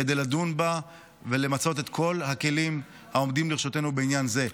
כדי לדון בה ולמצות את כל הכלים העומדים לרשותנו בעניין זה.